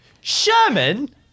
Sherman